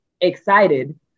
excited